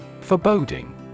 Foreboding